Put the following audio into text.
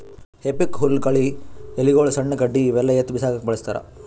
ಹೆಫೋಕ್ ಹುಲ್ಲ್ ಕಳಿ ಎಲಿಗೊಳು ಸಣ್ಣ್ ಕಡ್ಡಿ ಇವೆಲ್ಲಾ ಎತ್ತಿ ಬಿಸಾಕಕ್ಕ್ ಬಳಸ್ತಾರ್